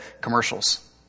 commercials